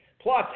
Plus